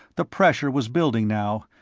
the pressure was building now,